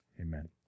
Amen